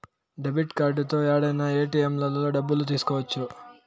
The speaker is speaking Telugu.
డెబిట్ కార్డుతో యాడైనా ఏటిఎంలలో డబ్బులు తీసుకోవచ్చు